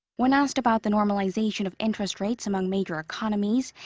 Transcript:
when asked about the normalization of interest rates among major economies.